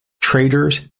traders